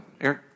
Eric